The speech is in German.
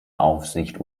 aufsicht